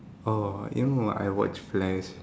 orh you know ah I watch Flash